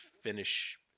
finish